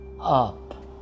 up